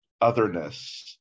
otherness